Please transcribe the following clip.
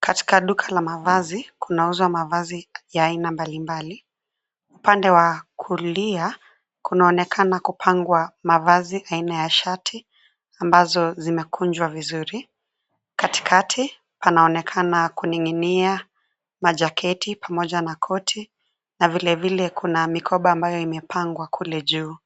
Katika duka la mavazi kunauzwa mavazi ya aina mbalimbali. Upande wa kulia kunaonekana kupangwa mavazi aina ya shati ambazo zimekunjwa vizuri. Katikati panaonekana kuning'inia majaketi pamoja na koti na vilevile kuna mikoba ambayo imepangwa kule juu.